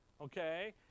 okay